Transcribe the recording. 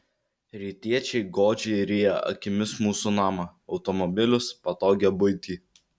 rytiečiai godžiai ryja akimis mūsų namą automobilius patogią buitį